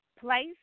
place